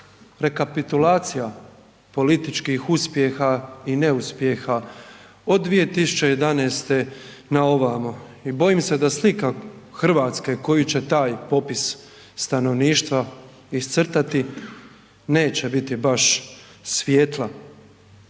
rekapitulacija političkih uspjeha i neuspjeha od 2011. na ovamo i bojim se da slika Hrvatske koju će taj popis stanovništva iscrtati, neće biti baš svjetla.